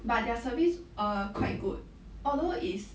but their service err quite good although is